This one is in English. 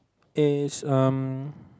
is um